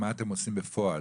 לגבי מה אתם עושים בפועל.